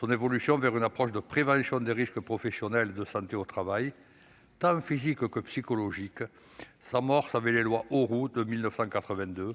Son évolution vers une approche de prévention des risques professionnels et de santé au travail, tant physiques que psychologiques, s'amorce avec les lois Auroux de 1982,